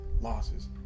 losses